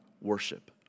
worship